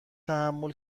تحمل